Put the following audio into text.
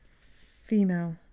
Female